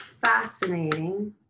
fascinating